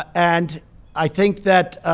and i think that